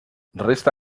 resta